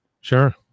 sure